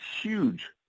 huge